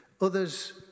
Others